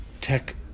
tech